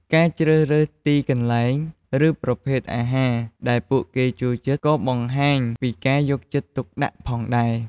ការជ្រើសរើសទីកន្លែង ឬប្រភេទអាហារដែលពួកគេចូលចិត្ត ក៏បង្ហាញពីការយកចិត្តទុកដាក់ផងដែរ។